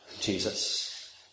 Jesus